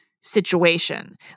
situation